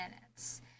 minutes